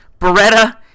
Beretta